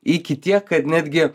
iki tiek kad netgi